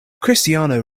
cristiano